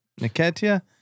Niketia